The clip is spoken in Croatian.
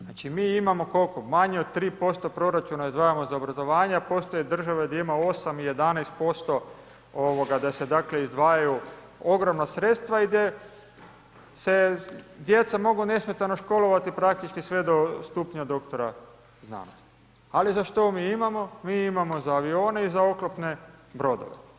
Znači mi imamo, koliko, manje od 3% proračuna izdvajamo za obrazovanje a postoje države gdje ima 8 i 11% da se dakle izdvajaju ogromna sredstva i gdje se djeca mogu nesmetano školovati praktički sve do stupnja doktora znanosti ali za što mi imamo, mi imamo za avione i za oklopne brodove.